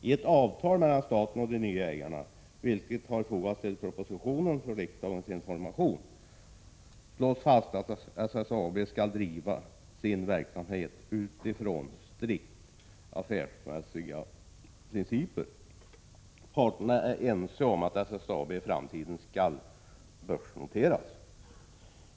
I ett avtal mellan staten och de nya ägarna — vilket har fogats till propositionen för riksdagens information — slås fast att SSAB skall driva sin verksamhet utifrån strikt affärsmässiga principer. Parterna är ense om att SSAB i framtiden skall börsnoteras.